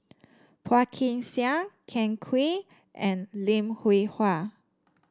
Phua Kin Siang Ken Kwek and Lim Hwee Hua